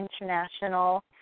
international